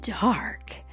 dark